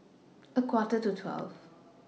A Quarter to twelve